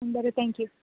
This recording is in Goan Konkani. आं बरें थेंक यू